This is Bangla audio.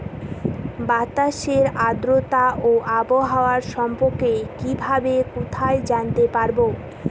বাতাসের আর্দ্রতা ও আবহাওয়া সম্পর্কে কিভাবে কোথায় জানতে পারবো?